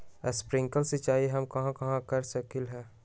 Sprinkle सिंचाई हम कहाँ कहाँ कर सकली ह?